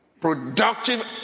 Productive